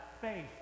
faith